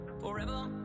Forever